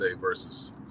versus